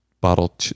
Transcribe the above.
bottle